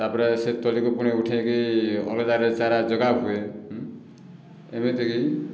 ତାପରେ ସେହି ତଳିକୁ ପୁଣି ଉଠେଇକି ଅଲଗାରେ ଚାରା ଜଗା ହୁଏ ହୁଁ ଏମିତିକି